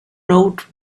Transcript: note